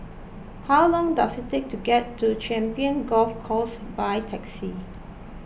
how long does it take to get to Champions Golf Course by taxi